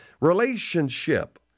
relationship